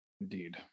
indeed